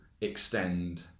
extend